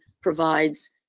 provides